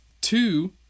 Two